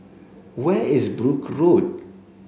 where is Brooke Road